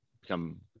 become